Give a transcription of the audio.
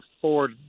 Ford